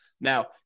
Now